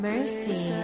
Mercy